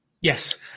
Yes